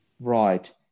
Right